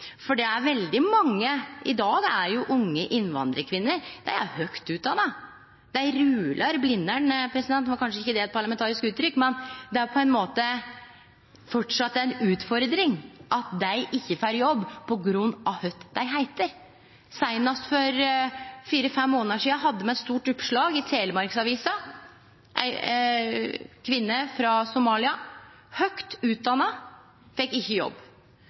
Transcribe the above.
I dag er unge innvandrarkvinner høgt utdanna. Dei «rular» Blindern – det var kanskje ikkje eit parlamentarisk uttrykk – men det er på ein måte framleis ei utfordring at dei ikkje får jobb på grunn av kva dei heiter. Seinast for fire–fem månader sidan hadde me eit stort oppslag i Telemarksavisa. Ei kvinne frå Somalia – høgt utdanna – fekk ikkje jobb.